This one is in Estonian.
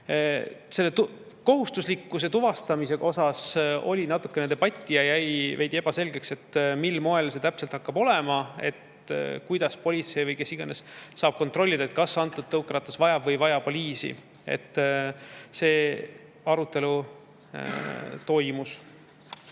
tõukse. Kohustuslikkuse tuvastamise üle oli natukene debatti. Jäi veidi ebaselgeks, mil moel see täpselt hakkab olema, kuidas politsei või kes iganes saab kontrollida, kas antud tõukeratas vajab või ei vaja poliisi. Selline arutelu toimus.